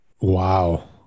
Wow